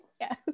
Yes